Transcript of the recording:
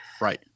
Right